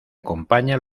acompaña